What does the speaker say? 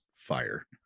fire